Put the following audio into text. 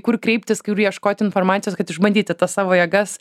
kur kreiptis kur ieškoti informacijos kad išbandyti tą savo jėgas